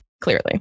clearly